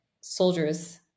soldiers